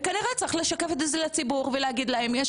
וכנראה צריך לשקף לציבור ולהגיד להם יש